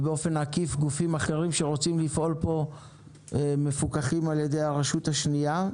ובאופן עקיף גופים אחרים שרוצים לפעול פה מפוקחים על ידי הרשות השנייה,